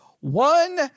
one